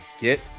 Get